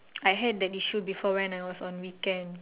I had that issue before when I was on weekend